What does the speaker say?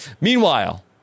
meanwhile